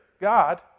God